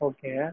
Okay